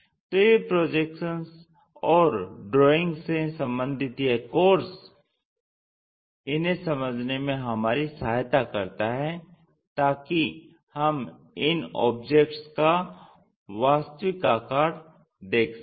तो ये प्रोजेक्शन्स और ड्राइंग से सम्बंधित यह कोर्स इन्हे समझने में हमारी सहायता करता है ताकि हम इन् ऑब्जेक्ट का वास्तविक आकार देख सकें